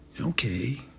Okay